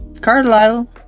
carlisle